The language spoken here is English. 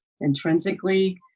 intrinsically